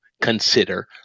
consider